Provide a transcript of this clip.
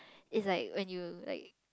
it's like when you like